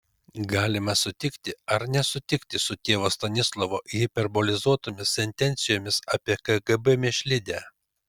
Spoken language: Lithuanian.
galima sutikti ar nesutikti su tėvo stanislovo hiperbolizuotomis sentencijomis apie kgb mėšlidę